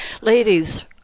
Ladies